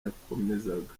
yakomezaga